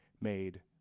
made